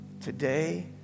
today